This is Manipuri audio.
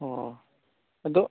ꯑꯣ ꯑꯗꯣ